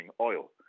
oil